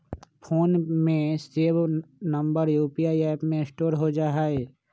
phone में save number UPI app में store हो जा हई